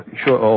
sure